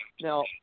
Now